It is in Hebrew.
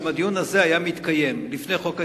שאם הדיון הזה היה מתקיים לפני חוק ההסדרים,